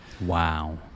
Wow